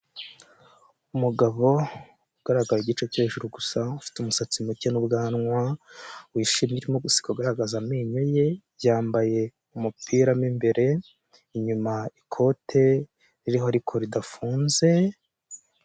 Umugabo ugaragara igice cyo hejuru gusa, ufite umusatsi muke n'ubwanwa, wishimye urimo guseka ugaragaza amenyo ye, yambaye umupira mo imbere inyuma ikote ririho ariko ridafunze.